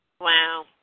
Wow